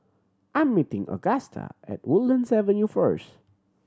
I'm meeting Augusta at Woodlands Avenue first